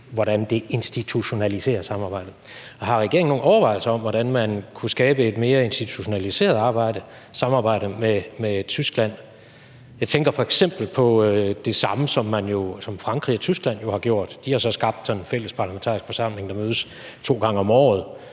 sådan institutionaliserer samarbejdet. Har regeringen nogen overvejelser om, hvordan man kunne skabe et mere institutionaliseret samarbejde med Tyskland? Jeg tænker f.eks. på det samme, som Frankrig og Tyskland jo har gjort; de har skabt sådan en fælles parlamentarisk forsamling, der mødes to gange om året.